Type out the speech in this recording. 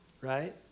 Right